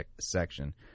section